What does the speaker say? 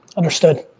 understood.